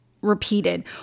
repeated